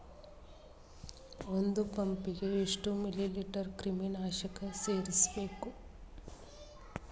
ಒಂದ್ ಪಂಪ್ ಗೆ ಎಷ್ಟ್ ಮಿಲಿ ಲೇಟರ್ ಕ್ರಿಮಿ ನಾಶಕ ಸೇರಸ್ಬೇಕ್?